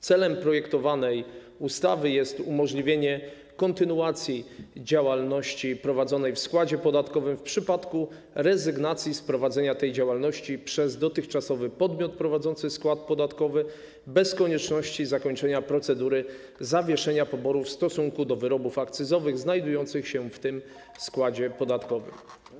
Celem projektowanej ustawy jest umożliwienie kontynuacji działalności prowadzonej w składzie podatkowym w przypadku rezygnacji z prowadzenia tej działalności przez dotychczasowy podmiot prowadzący skład podatkowy bez konieczności zakończenia procedury zawieszenia poboru w stosunku do wyrobów akcyzowych znajdujących się w tym składzie podatkowym.